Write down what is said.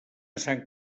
sant